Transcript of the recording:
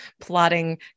plotting